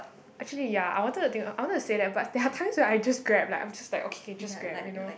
actually ya I wanted to think I wanted to say that but there are times that I just Grab like I'm just like okay okay just Grab you know